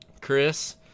chris